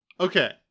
okay